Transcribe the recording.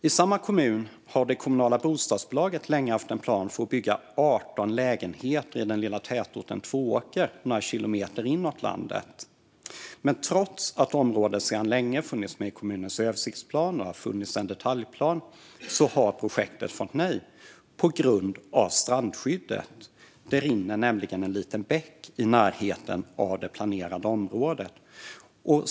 I samma kommun har det kommunala bostadsbolaget länge haft en plan att bygga 18 lägenheter i den lilla tätorten Tvååker några kilometer inåt landet. Men trots att området sedan länge har funnits med i kommunens översiktsplaner och det har funnits en detaljplan har projektet fått nej - på grund av strandskyddet. Det rinner nämligen en liten bäck i närheten av det planerade området.